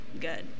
good